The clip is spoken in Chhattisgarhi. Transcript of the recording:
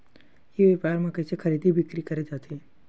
ई व्यापार म कइसे खरीदी बिक्री करे जाथे?